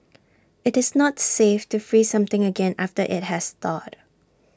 IT is not safe to freeze something again after IT has thawed